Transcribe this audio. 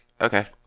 okay